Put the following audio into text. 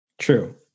True